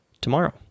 tomorrow